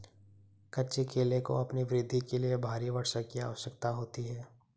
कच्चे केले को अपनी वृद्धि के लिए भारी वर्षा की आवश्यकता होती है